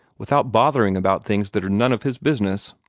without bothering about things that are none of his business.